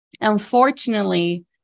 Unfortunately